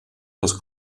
das